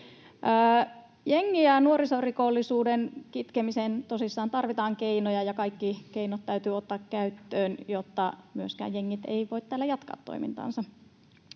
Jengi- ja nuorisorikollisuuden kitkemiseen tosiaan tarvitaan keinoja, ja kaikki keinot täytyy ottaa käyttöön, jotta myöskään jengit eivät voi täällä jatkaa toimintaansa.